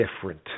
different